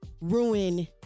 ruin